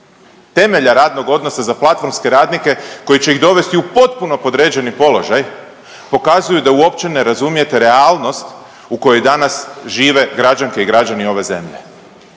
temelja radnog odnosa za platformske radnike koji će ih dovesti u potpuno podređeni položaj pokazuju da uopće ne razumijete realnost u kojoj danas žive građanke i građani ove zemlje.